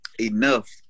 enough